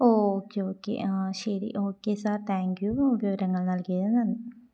ഓ okay okay ആ ശരി okay sir thank you വിവരങ്ങൾ നൽകിയതിനു നന്ദി